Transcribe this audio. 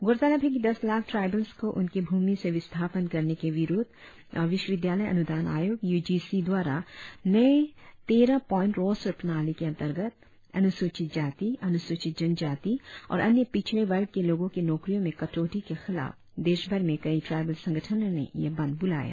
गौरतलब है कि दस लाख ट्राईबल्स को उनके भूमि से विस्थापन करने के विरुद्ध और विश्वविद्यालय अनुदान आयोग यू जी सी द्वारा नए तेरह पोईंट रोस्टर प्रणाली के अंतर्गत अनुसूचित जाती अनुसूचित जनजाती और अन्य पिछड़े वर्ग के लोगों के नौकरियों में कटौती के खिलाफ देशभर में कई ट्राईबल संगठनों ने यह बंद बुलाया